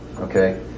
Okay